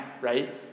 right